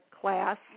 class